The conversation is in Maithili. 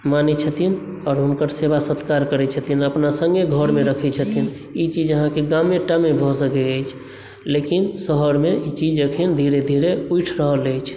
मानैत छथिन आओर हुनकर सेवा सत्कार करैत छथिन अपना सङ्गे घरमे रखैत छथिन ई चीज अहाँकेँ गामेटा मे भऽ सकैत अछि लेकिन शहरमे ई चीज अखन धीरे धीरे उठि रहल अछि